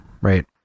right